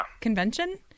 convention